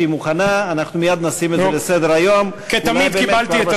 בממשלה, קיבלתי.